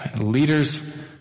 Leaders